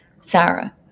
Sarah